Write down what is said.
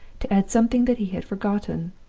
to add something that he had forgotten.